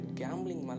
gambling